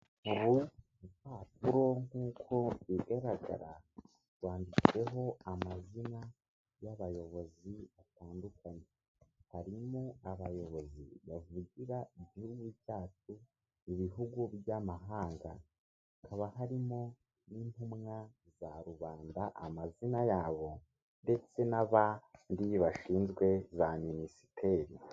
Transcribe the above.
Uru ni rupapuro nkuko bigaragara rwanditseho amazina y'abayobozi batandukanye, harimo abayobozi bavugira igihugu cyacu ibihugu by'amahanga, haba harimo n'intumwa za rubanda amazina yabo ndetse n'abandi bashinzwe za minisiteri.